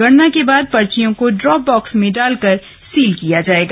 गणना के बाद पर्चियों को ड्राप बाक्स में डालकर सील किया जायेगा